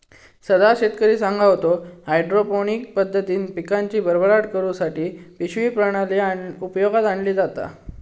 सदा शेतकरी सांगा होतो, हायड्रोपोनिक पद्धतीन पिकांची भरभराट करुसाठी पिशवी प्रणाली उपयोगात आणली जाता